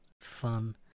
fun